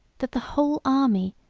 that the whole army,